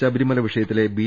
ശബരിമല വിഷയത്തിലെ ബി